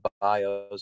bios